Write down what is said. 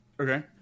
Okay